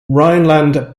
rhineland